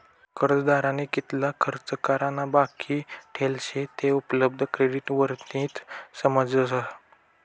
कर्जदारनी कितला खर्च करा ना बाकी ठेल शे ते उपलब्ध क्रेडिट वरतीन समजस